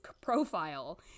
profile